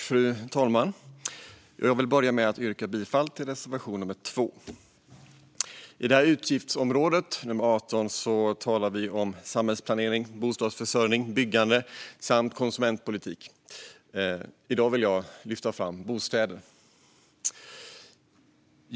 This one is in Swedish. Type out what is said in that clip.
Fru talman! Jag vill börja med att yrka bifall till reservation nummer 2. Inom utgiftsområde 18 talar vi om samhällsplanering, bostadsförsörjning och byggande samt konsumentpolitik. I dag vill jag lyfta fram bostäderna. Fru talman!